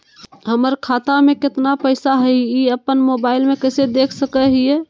हमर खाता में केतना पैसा हई, ई अपन मोबाईल में कैसे देख सके हियई?